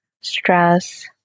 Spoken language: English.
stress